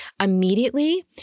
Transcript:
Immediately